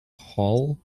hull